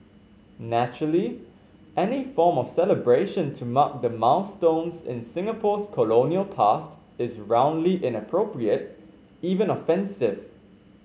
naturally any form of celebration to mark the milestones in Singapore's colonial past is roundly inappropriate even offensive